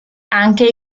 anche